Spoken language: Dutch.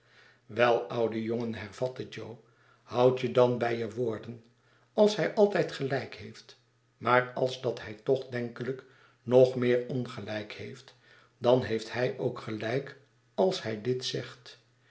wel oude jongen hervatte jo houd je dan bij je woorden als hij altijd gelijk heeft maar als dat hij toch denkelijk nog meer ongehjk heeft dan heeft hij ook gelijk als hij dit zegt